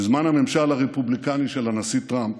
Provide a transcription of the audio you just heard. בזמן הממשל הרפובליקני של הנשיא טראמפ,